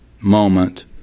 moment